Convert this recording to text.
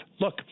Look